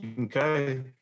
Okay